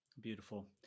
Beautiful